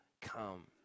come